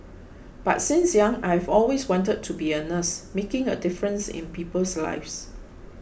but since young I've always wanted to be a nurse making a difference in people's lives